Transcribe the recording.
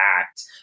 act